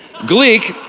Gleek